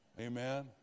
Amen